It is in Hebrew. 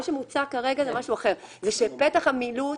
מה שמוצע כרגע זה שפתח המילוט